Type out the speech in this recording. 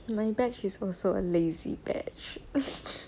my batch is also a lazy batch